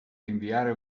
rinviare